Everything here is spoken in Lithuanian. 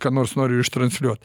ką nors noriu iš transliuot